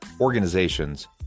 organizations